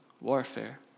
warfare